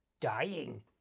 Dying